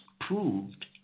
proved